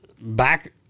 back